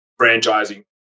franchising